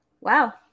wow